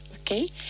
okay